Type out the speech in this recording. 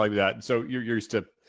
um yeah so you're used to